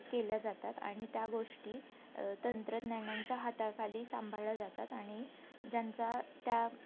केल्या जातात आणि त्या गोष्टी तंत्रज्ञानांच्या हाताखाली सांभाळल्या जातात आणि ज्यांचा त्या